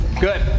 Good